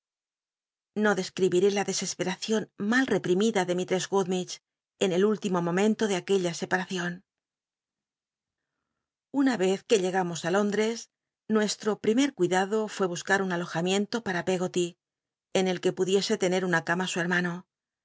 xo dcscl'ibié la dcse peracion mal reprimida de mish'css gummidgc en el último momento de aquella scpamcion una vez que llegamos li lóndrcs nucsli'o lli'í mcr cuidado fué busca un alojamiento para peggoty en el que pudiese lene una cama su hemano